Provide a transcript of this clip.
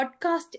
podcast